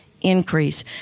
increase